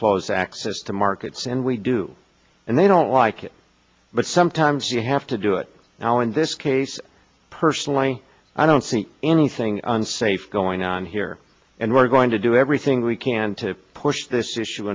close access to markets and we do and they don't like it but sometimes you have to do it now in this case personally i don't see anything unsafe going on here and we're going to do everything we can to push this issue